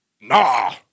Nah